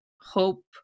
hope